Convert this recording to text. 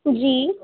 جی